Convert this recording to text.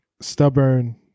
stubborn